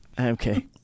Okay